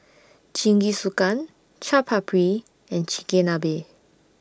Jingisukan Chaat Papri and Chigenabe